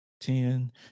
ten